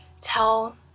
tell